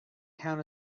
count